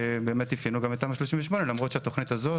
שבאמת אפיינו גם את תמ"א 38. למרות שהתכנית הזאת,